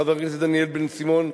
חבר הכנסת דניאל בן-סימון.